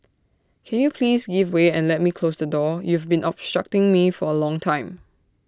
can you please give way and let me close the door you've been obstructing me for A long time